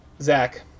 Zach